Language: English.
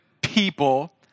people